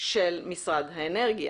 של משרד האנרגיה